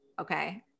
okay